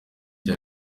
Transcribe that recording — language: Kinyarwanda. cya